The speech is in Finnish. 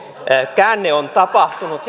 käänne on tapahtunut